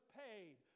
paid